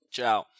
Ciao